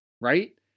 Right